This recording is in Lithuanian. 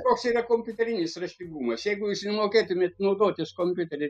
koks yra kompiuterinis raštingumas jeigu jūs nemokėtumėt naudotis kompiuteriu